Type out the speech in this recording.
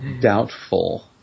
Doubtful